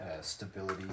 stability